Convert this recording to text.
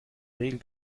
regel